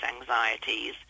anxieties